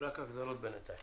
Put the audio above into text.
מי נגד?